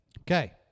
Okay